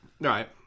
Right